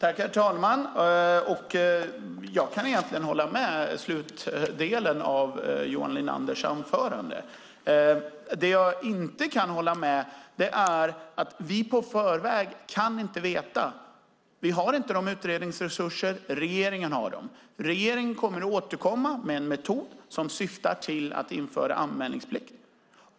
Herr talman! Jag kan egentligen instämma i slutdelen av Johan Linanders replik. Men det är en sak som jag inte kan hålla med om. Vi har inte utredningsresurserna, regeringen har dem. Regeringen kommer att återkomma med en metod som syftar till att införa anmälningsplikt.